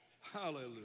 Hallelujah